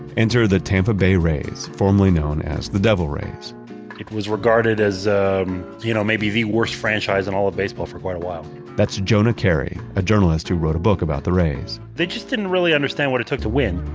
enter the tampa rays formerly known as the devil rays it was regarded as you know maybe the worst franchise in all of baseball for quite a while that's jonah keri, a journalist who wrote a book about the rays they just didn't really understand what it took to win